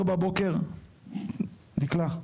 10:00, דקלה,